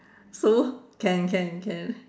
so can can can